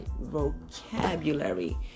vocabulary